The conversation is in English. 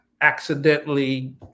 accidentally